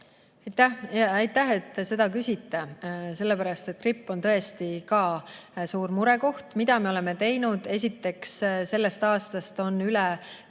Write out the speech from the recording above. Aitäh, et te seda küsite, sellepärast et gripp on tõesti ka suur murekoht. Mida me oleme teinud? Esiteks, sellest aastast on üle